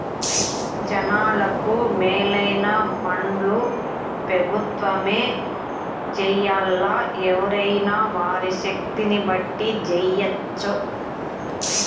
జనాలకు మేలైన పన్లు పెబుత్వమే జెయ్యాల్లా, ఎవ్వురైనా వారి శక్తిని బట్టి జెయ్యెచ్చు